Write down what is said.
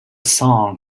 song